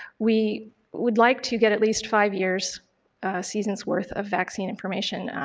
we would like to get at least five years' seasons' worth of vaccine information.